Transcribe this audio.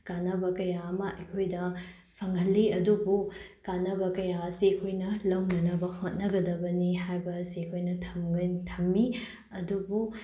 ꯀꯥꯟꯅꯕ ꯀꯌꯥ ꯑꯃ ꯑꯩꯈꯣꯏꯗ ꯐꯪꯍꯜꯂꯤ ꯑꯗꯨꯕꯨ ꯀꯥꯟꯅꯕ ꯀꯌꯥ ꯑꯁꯤ ꯑꯩꯈꯣꯏꯅ ꯂꯧꯅꯅꯕ ꯍꯣꯠꯅꯒꯗꯕꯅꯤ ꯍꯥꯏꯕ ꯑꯁꯤ ꯑꯩꯈꯣꯏꯅ ꯊꯝꯃꯤ ꯑꯗꯨꯕꯨ